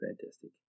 Fantastic